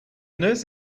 nurse